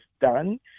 done